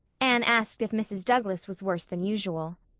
anne asked if mrs. douglas was worse than usual.